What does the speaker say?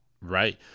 Right